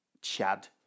Chad